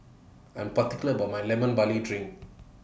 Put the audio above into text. I Am particular about My Lemon Barley Drink